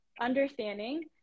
understanding